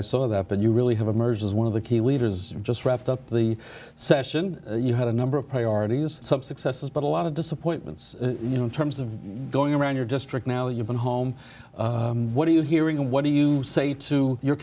i saw that but you really have emerged as one of the key leaders just wrapped up the session you had a number of priorities some successes but a lot of disappointments you know in terms of going around your district now you've been home what are you hearing and what do you say to your